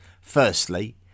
Firstly